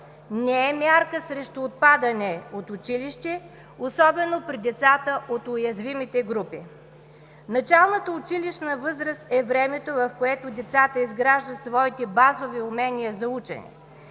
Не е мярка срещу отпадане от училище, особено при децата от уязвимите групи. Началната училищна възраст е времето, в което децата изграждат своите базови умения за учене.